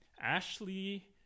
ashley